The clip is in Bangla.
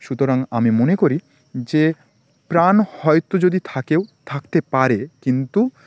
সুতরাং আমি মনে করি যে প্রাণ হয়তো যদি থাকেও থাকতে পারে কিন্তু